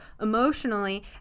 emotionally